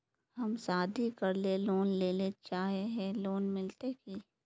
हम शादी करले लोन लेले चाहे है लोन मिलते की?